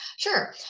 Sure